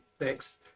next